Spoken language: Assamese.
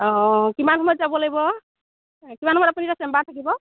অ কিমান সময়ত যাব লাগিব কিমান সময়ত আপুনি এতিয়া চেম্বাৰত থাকিব